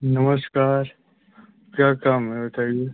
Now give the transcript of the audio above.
नमस्कार क्या काम है बताइए